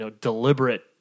deliberate